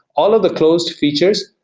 all of the closed features,